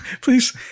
please